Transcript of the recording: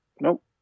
Nope